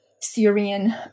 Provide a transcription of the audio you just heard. Syrian